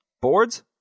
Boards